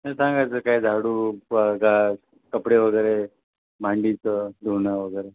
नाही सांगायचं काय झाडू प गा कपडे वगैरे भांडीचं धुणं वगैरे